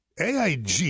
AIG